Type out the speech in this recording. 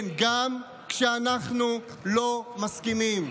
כן, גם כשאנחנו לא מסכימים.